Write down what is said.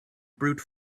brute